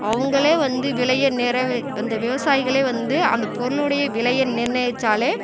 அவங்களே வந்து விலையை நிர அந்த விவசாயிகளே வந்து அந்த பொருளுடைய விலையை நிர்ணயித்தாலே